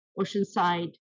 Oceanside